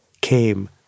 came